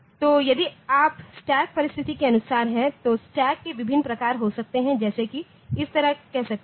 तो यदि आप स्टैक परिस्थिति के अनुसार हैं तो स्टैक के विभिन्न प्रकार हो सकते हैं जैसे कि इस तरह कह सकते हैं